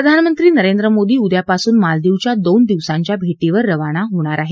प्रधानमंत्री नरेंद्र मोदी उदयापासून मालदीवघ्या दोन दिवसांच्या भेटीवर रवाना होणार आहेत